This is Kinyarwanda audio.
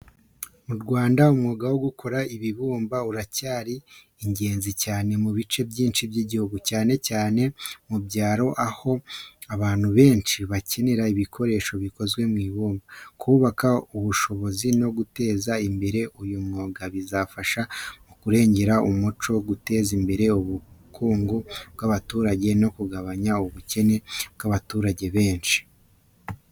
Mu Rwanda, umwuga wo gukora ibumba uracyari ingenzi cyane mu bice byinshi by’igihugu, cyane cyane mu byaro aho abantu benshi bakenera ibikoresho bikozwe mu ibumba. Kubaka ubushobozi no guteza imbere uyu mwuga bizafasha mu kurengera umuco, guteza imbere ubukungu bw’abaturage no kugabanya ubukene mu baturage benshi.